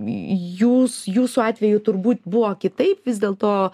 jūs jūsų atveju turbūt buvo kitaip vis dėlto